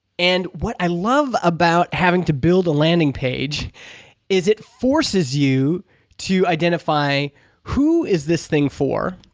and what i love about having to build a landing page is it forces you to identify who is this thing for?